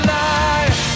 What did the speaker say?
life